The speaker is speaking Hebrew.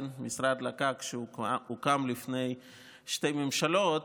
שהוקם לפני שתי ממשלות,